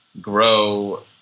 grow